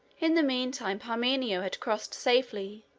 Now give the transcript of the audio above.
in the mean time parmenio had crossed safely,